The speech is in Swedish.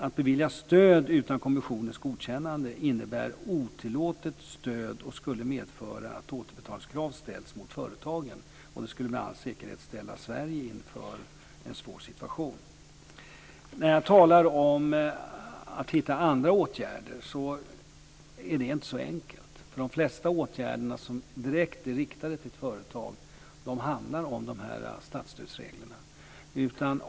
Att bevilja stöd utan kommissionens godkännande innebär otillåtet stöd och skulle medföra att återbetalningskrav ställs mot företagen, och det skulle med all säkerhet ställa Sverige inför en svår situation. När jag talar om att hitta andra åtgärder är det inte så enkelt. De flesta åtgärder som är direkt riktade till ett företag handlar om statsstödsreglerna.